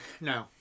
no